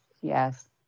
Yes